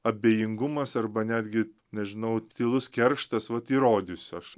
abejingumas arba netgi nežinau tylus kerštas vat įrodysiu aš